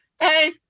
hey